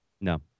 No